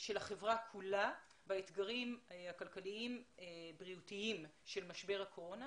של החברה כולה באתגרים הכלכליים-בריאותיים של משבר הקורונה.